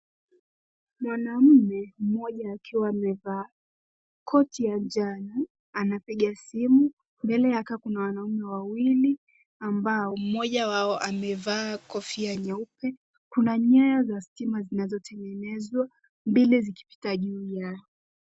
Mwanaume mmoja akiwa amevaa koti ya njano anapiga simu . Mbele yake kuna wanaume wawili ambao mmoja wao amevaa kofia nyeupe. Kuna nyaya za stima zinazotengenezwa, mbili zikipita juu yao.